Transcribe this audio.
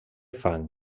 fang